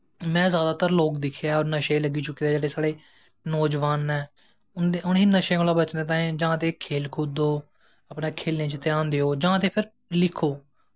में जैदातर लोग दिक्खे ऐं ओह् नशे गी लग्गी चुके दे ऐं जेह्ड़े साढ़े नौजवान न उ'नें गी नशें कोला दा बचने ताहीं जां ते खेल कूदो अपने खेलें च ध्यान देओ जां ते लिखो